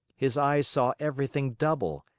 his eyes saw everything double,